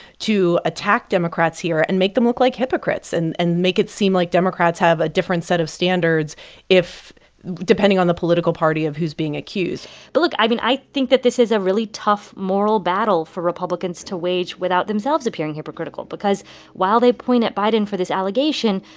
to attack democrats here and make them look like hypocrites and and make it seem like democrats have a different set of standards if depending on the political party of who's being accused but look. i think i think that this is a really tough moral battle for republicans to wage without themselves appearing hypocritical because while they point at biden for this allegation,